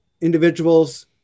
individuals